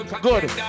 Good